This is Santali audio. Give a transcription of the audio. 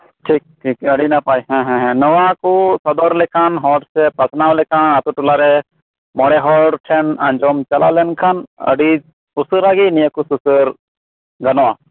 ᱴᱷᱤᱠ ᱴᱷᱤᱠ ᱟᱹᱰᱤ ᱱᱟᱯᱟᱭ ᱦᱮᱸ ᱦᱮᱸ ᱱᱚᱣᱟ ᱠᱩ ᱥᱚᱫᱚᱨ ᱞᱮᱠᱟᱱ ᱦᱚᱲ ᱥᱮ ᱯᱟᱥᱱᱟᱣ ᱞᱮᱠᱟᱱ ᱟᱹᱛᱩ ᱴᱚᱞᱟᱨᱮ ᱢᱚᱲᱮ ᱦᱚᱲᱴᱷᱮᱱ ᱟᱸᱡᱚᱢ ᱪᱟᱞᱟᱣ ᱞᱮᱱᱠᱷᱟᱱ ᱟᱹᱰᱤ ᱩᱥᱟᱹᱨᱟ ᱜᱤ ᱱᱤᱭᱟᱹᱠᱩ ᱥᱩᱥᱟᱹᱨ ᱜᱟᱱᱚᱜᱼᱟ